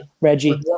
Reggie